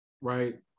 right